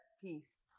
Peace